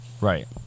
Right